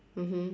mmhmm